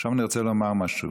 עכשיו אני רוצה לומר משהו.